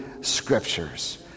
scriptures